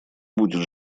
будет